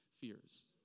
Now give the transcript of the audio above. fears